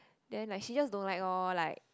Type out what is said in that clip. then like she just don't like lor like